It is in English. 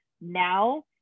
now